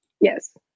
Yes